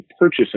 purchase